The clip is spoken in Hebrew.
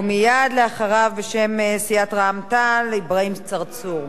ומייד אחריו, בשם סיעת רע"ם-תע"ל, אברהים צרצור.